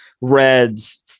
Reds